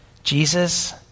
Jesus